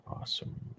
awesome